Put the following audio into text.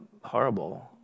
horrible